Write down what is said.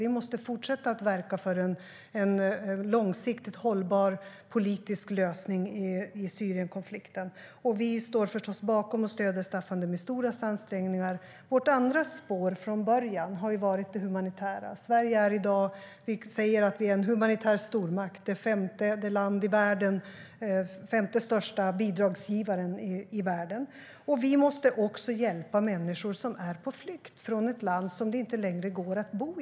Vi måste fortsätta verka för en långsiktigt hållbar politisk lösning i Syrienkonflikten, och vi står förstås bakom och stöder Staffan de Misturas ansträngningar. Vårt andra spår från början har varit det humanitära. Sverige är en humanitär stormakt, den femte största bidragsgivaren i världen. Vi måste också hjälpa människor som är på flykt från ett land som det inte längre går att bo i.